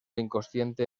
inconsciente